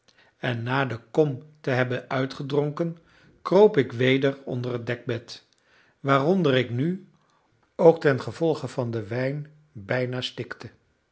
en na de kom te hebben uitgedronken kroop ik weder onder het dekbed waaronder ik nu ook tengevolge van den wijn bijna stikte